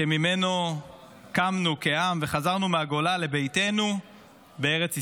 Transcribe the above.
שממנה קמנו כעם וחזרנו מהגולה לביתנו בארץ ישראל,